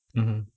mmhmm